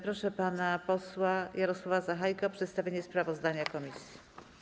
Proszę pana posła Jarosława Sachajkę o przedstawienie sprawozdania komisji.